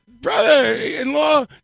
brother-in-law